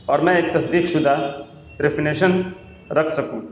اور میں ایک تصدیق شدہ رکھ سکوں